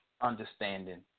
understanding